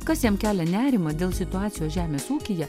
kas jam kelia nerimą dėl situacijos žemės ūkyje